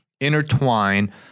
intertwine